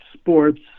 sports